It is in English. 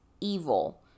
evil